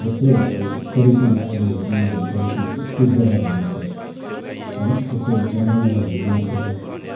जस्तो अब पल्युसनहरू अहिले हेर्नु हो भने पल्युसनहरू यस्तो ज्यादा भइरहेको छ है त्यस्तो वन जङ्गलहरू मासिएर